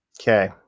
Okay